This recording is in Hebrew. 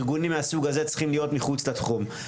ארגונים מהסוג הזה צריכים להיות מחוץ לתחום.